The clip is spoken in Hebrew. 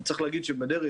צריך להגיד שבדרך,